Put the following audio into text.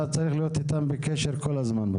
בדברים האלה אתה צריך להיות איתם בקשר כל הזמן.